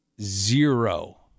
zero